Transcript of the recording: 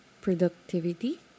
productivity